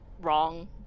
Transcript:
wrong